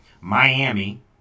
Miami